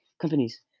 Companies